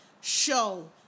show